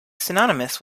synonymous